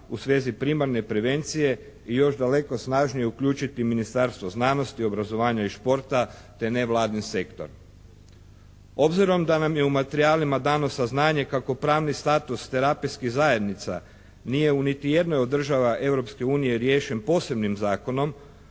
u svezi primarne prevencije i još daleko snažnije uključiti Ministarstvo znanosti, obrazovanja i športa te nevladin sektor. Obzirom da nam je u materijalima dano saznanje kako pravni status terapijskih zajednica nije u niti jednoj od država Europske unije riješen posebnim zakonom,